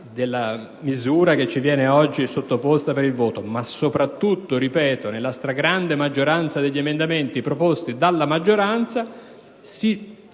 della misura che ci viene sottoposta per il voto, ma soprattutto - ripeto - nella maggior parte degli emendamenti proposti dalla maggioranza,